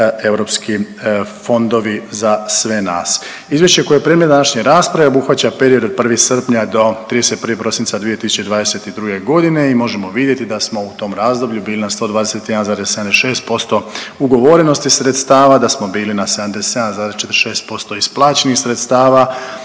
europski fondovi za sve nas. Izvješće koje je predmet današnje rasprave obuhvaća period od 1. srpnja do 31. prosinca 2022. godine i možemo vidjeti da smo u tom razdoblju bili na 121,76% ugovorenosti sredstava, da smo bili na 77,46% isplaćenih sredstava